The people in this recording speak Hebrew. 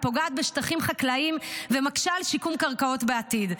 פוגעת בשטחים חקלאיים ומקשה על שיקום קרקעות בעתיד.